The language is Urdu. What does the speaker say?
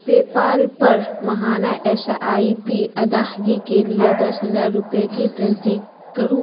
پے پال پر ماہانہ ایس آئی پی اداہگی کے لیے دس ہزار روپے کی تصدیق کرو